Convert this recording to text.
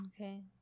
Okay